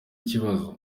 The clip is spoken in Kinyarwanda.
kibazo